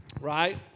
Right